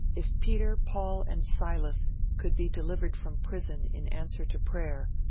if peter, paul, and silas could be delivered from prison in answer to prayer,